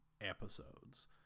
episodes